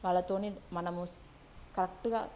వాళ్ళతో మనము స్ కరెక్ట్గా స్